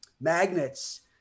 magnets